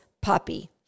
puppy